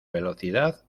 velocidad